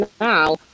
now